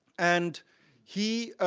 and he